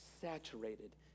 saturated